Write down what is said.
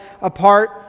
apart